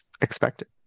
expected